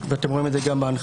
ואתם רואים את זה גם בהנחיות,